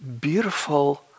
beautiful